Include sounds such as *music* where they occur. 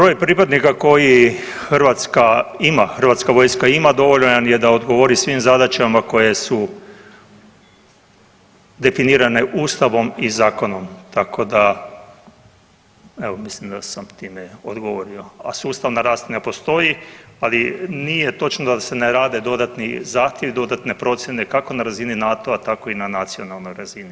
Broj pripadnika koji Hrvatska ima, Hrvatska vojska ima, dovoljan je da odgovori svim zadaćama koje su definirane Ustavom i zakonom, tako da evo, mislim da sam time odgovorio, a sustavna ... *unintelligible* ne postoji, ali nije točno da se ne rade dodatni zahtjevi, dodatne procjene, kako na razini NATO-a, tako i na nacionalnoj razini.